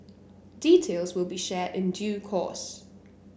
details will be shared in due course